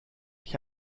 ich